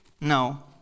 No